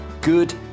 good